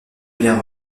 bien